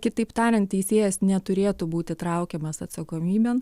kitaip tariant teisėjas neturėtų būti traukiamas atsakomybėn